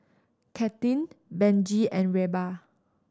Kathlene Benji and Reba